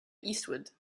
eastward